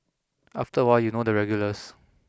after a while you know the regulars